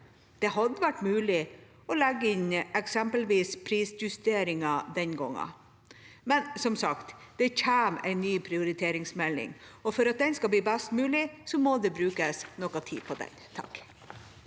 Det hadde vært mulig å legge inn eksempelvis prisjusteringer den gangen. Det kommer som sagt en ny prioriteringsmelding, og for at den skal bli best mulig, må det brukes noe tid på den.